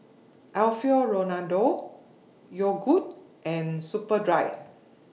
Alfio Raldo Yogood and Superdry